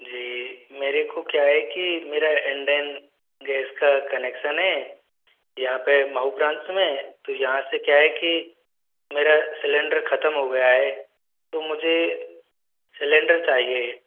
जी मेरे को क्या है कि मेरा इंडियन गैस का कनेक्शन है यहाँ पे महू में तो यहाँ से क्या है कि मेरा सिलेंडर खत्म हो गया है तो मुझे सिलेंडर चाहिए